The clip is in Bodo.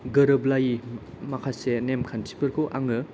गोरोबलायै माखासे नेम खान्थिफोरखौ आङो